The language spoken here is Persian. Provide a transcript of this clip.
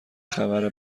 خبر